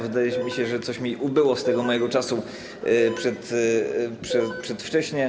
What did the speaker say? Wydaje mi się, że coś mi ubyło z tego mojego czasu przedwcześnie.